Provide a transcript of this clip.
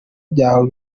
byawe